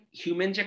human